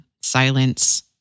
silence